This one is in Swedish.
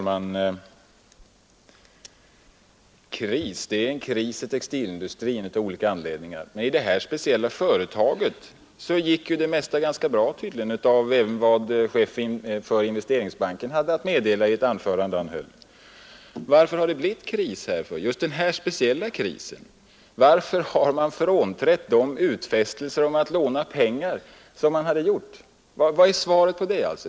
Herr talman! Det är en kris inom textilindustrin, av olika anledningar. Men i det här speciella företaget gick tydligen det mesta ganska bra, enligt vad chefen för investeringsbanken hade att meddela i ett anförande. Varför har då just det här företaget drabbats av krisen? Varför har man frånträtt de utfästelser man tidigare gjort att låna företaget pengar? Vad är svaret på det?